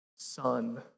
Son